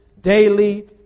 daily